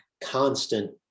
constant